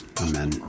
Amen